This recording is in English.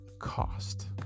cost